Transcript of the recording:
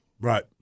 Right